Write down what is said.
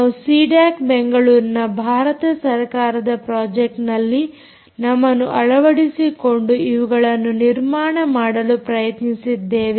ನಾವು ಸೀಡ್ಯಾಕ್ ಬೆಂಗಳೂರಿನ ಭಾರತ ಸರಕಾರದ ಪ್ರಾಜೆಕ್ಟ್ನಲ್ಲಿ ನಮ್ಮನ್ನು ಅಳವಡಿಸಿಕೊಂಡು ಇವುಗಳನ್ನು ನಿರ್ಮಾಣ ಮಾಡಲು ಪ್ರಯತ್ನಿಸಿದ್ದೇವೆ